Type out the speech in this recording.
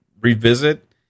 revisit